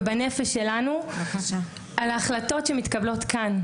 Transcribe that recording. ובנפש שלנו על החלטות שמתקבלות כאן,